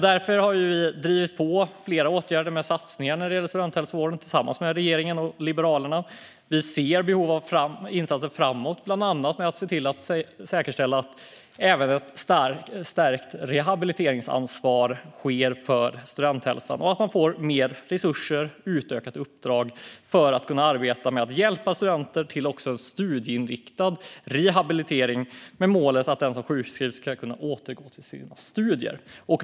Därför har vi drivit på för flera åtgärder med satsningar när det gäller studenthälsovården tillsammans med regeringen och Liberalerna. Vi ser behov av insatser framöver bland annat för att säkerställa ett stärkt rehabiliteringsansvar för studenthälsan och mer resurser och utökat uppdrag för att kunna arbeta med att hjälpa studenter till en studieinriktad rehabilitering med målet att den som sjukskrivs ska kunna återgå till sina studier.